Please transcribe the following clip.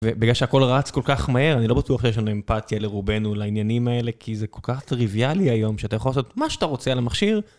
ובגלל שהכל רץ כל כך מהר, אני לא בטוח שיש לנו אמפתיה לרובנו לעניינים האלה, כי זה כל כך טריוויאלי היום, שאתה יכול לעשות מה שאתה רוצה על המכשיר.